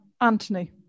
Anthony